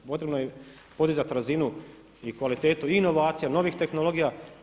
Potrebno je podizat razinu i kvalitetu inovacija, novih tehnologija.